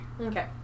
Okay